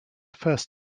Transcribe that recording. first